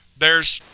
there's